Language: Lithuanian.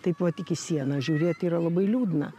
taip va tik į sieną žiūrėt yra labai liūdna